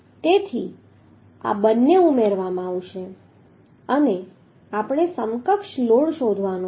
તેથી આ બંને ઉમેરવામાં આવશે અને આપણે સમકક્ષ લોડ શોધવાનો છે